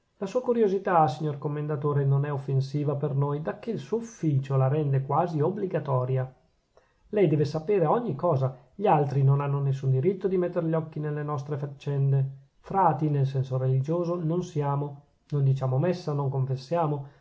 la sua curiosità signor commendatore non è offensiva per noi dacchè il suo ufficio la rende quasi obbligatoria lei deve sapere ogni cosa gli altri non hanno nessun diritto di metter gli occhi nelle nostre faccende frati nel senso religioso non siamo non diciamo messa non confessiamo